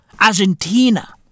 Argentina